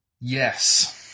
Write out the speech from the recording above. Yes